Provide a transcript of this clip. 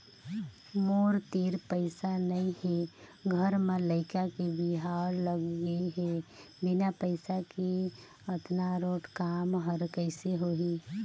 मोर तीर पइसा नइ हे घर म लइका के बिहाव लग गे हे बिना पइसा के अतना रोंट काम हर कइसे होही